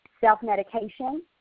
Self-medication